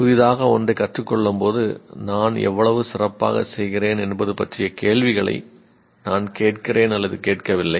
புதிதாக ஒன்றைக் கற்றுக் கொள்ளும்போது நான் எவ்வளவு சிறப்பாகச் செய்கிறேன் என்பது பற்றிய கேள்விகளை நான் கேட்கிறேன் கேட்கவில்லை